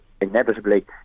inevitably